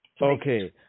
Okay